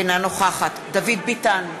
אינה נוכחת דוד ביטן,